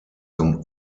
zum